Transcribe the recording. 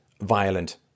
violent